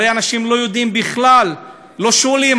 הרי אנשים לא יודעים בכלל, לא שואלים.